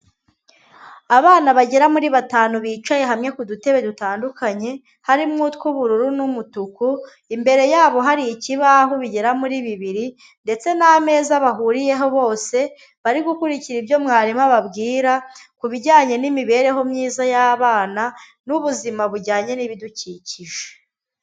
Abana bagera muri batanu bicaye hamwe ku dutebe dutandukanye, harimo utw'ubururu n'umutuku, imbere yabo hari ikibaho bigera muri bibiri, ndetse n'ameza bahuriyeho bose, bari gukurikira ibyo mwarimu ababwira ku bijyanye n'imibereho myiza y'abana, n'ubuzima bujyanye n'ibidukikije.